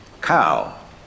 Cow